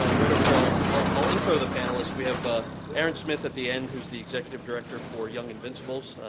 ah right over here. i'll intro the panelists. we have ah aaron smith at the end, who's the executive director for young invincibles.